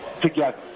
together